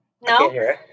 No